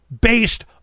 based